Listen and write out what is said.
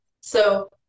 So-